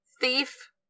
thief